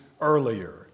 earlier